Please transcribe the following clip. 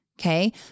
okay